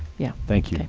yeah. thank you,